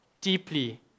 deeply